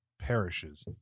perishes